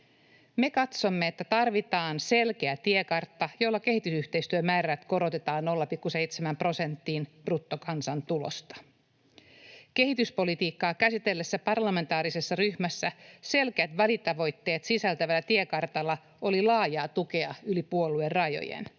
Me katsomme, että tarvitaan selkeä tiekartta, jolla kehitysyhteistyömäärärahat korotetaan 0,7 prosenttiin bruttokansantulosta. Kehityspolitiikkaa käsitelleessä parlamentaarisessa ryhmässä selkeät välitavoitteet sisältävällä tiekartalla oli laajaa tukea yli puoluerajojen.